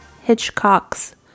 Hitchcock's